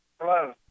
Hello